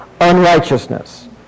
unrighteousness